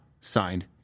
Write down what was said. Signed